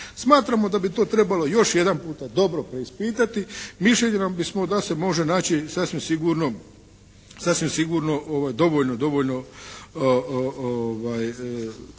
Smatramo da bi to trebalo još jedanputa dobro preispitati. Mišljenja smo da se može naći sasvim sigurno dovoljno takvih